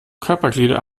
körperglieder